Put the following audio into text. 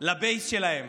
ל-base שלהם,